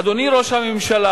אדוני ראש הממשלה,